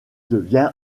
devient